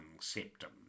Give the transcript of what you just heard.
septum